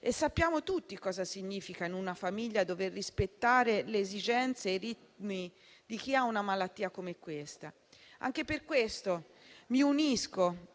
Sappiamo tutti cosa significa, in una famiglia, dover rispettare le esigenze e i ritmi di chi ha una malattia come questa. Anche per questo, mi unisco